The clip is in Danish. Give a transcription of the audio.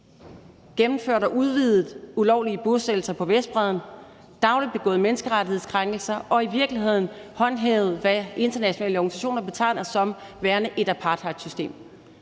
gennemført og udvidet ulovlige bosættelser på Vestbredden, dagligt begået menneskerettighedskrænkelser og i virkeligheden håndhævet, hvad internationale organisationer betegner som værende et apartheidsystem.